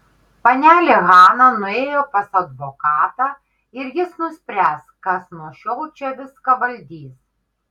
panelė hana nuėjo pas advokatą ir jis nuspręs kas nuo šiol čia viską valdys